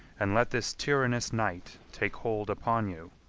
and let this tyrannous night take hold upon you,